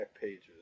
Pages